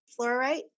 fluorite